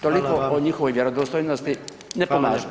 Toliko o njihovoj vjerodostojnosti, [[Upadica predsjednik: Hvala vam.]] ne pomaže.